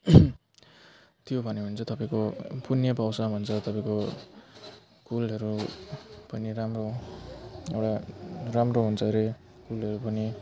त्यो भन्यो भने चाहिँ तपाईँको पुण्य पाउँछ भन्छ तपाईँको कुलहरू पनि राम्रो एउटा राम्रो हुन्छ अरे कुलहरू पनि